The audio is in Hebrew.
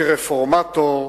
כרפורמטור.